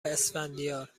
اسفندیار